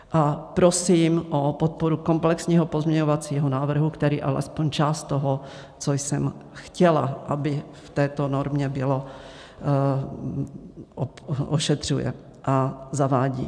A prosím o podporu komplexního pozměňovacího návrhu, který alespoň část toho, co jsem chtěla, aby v této normě bylo, ošetřuje a zavádí.